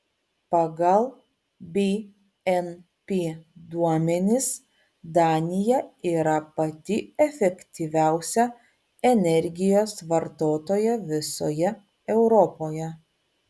pagal bnp duomenis danija yra pati efektyviausia energijos vartotoja visoje europoje